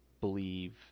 believe